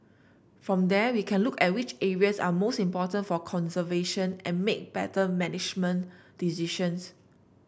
from there we can look at which areas are most important for conservation and make better management decisions